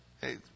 Hey